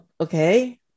okay